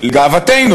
לגאוותנו,